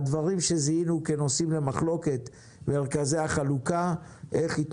הדברים שזיהינו כנושאים במחלוקת איך מרכזי